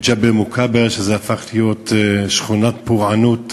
מג'בל-מוכבר, שהפכה להיות שכונת פורענות.